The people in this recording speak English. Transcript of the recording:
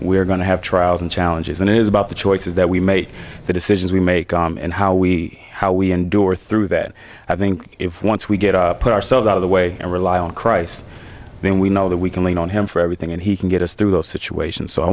we're going to have trials and challenges and it is about the choices that we make the decisions we make and how we how we endure through that i think if once we get up put ourselves out of the way and rely on christ then we know that we can lean on him for everything and he can get us through those situations so i